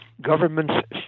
governments